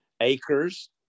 acres